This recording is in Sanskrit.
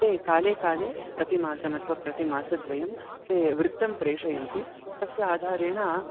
ते काले काले प्रतिमासम् अथवा प्रतिमासद्वयं ते वृत्तं प्रेषयन्ति तस्य आधारेण